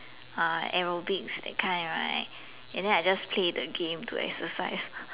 uh aerobics that kind right and then I just play the game to exercise